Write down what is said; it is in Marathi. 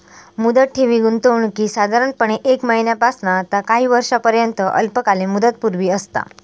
मुदत ठेवी गुंतवणुकीत साधारणपणे एक महिन्यापासना ता काही वर्षांपर्यंत अल्पकालीन मुदतपूर्ती असता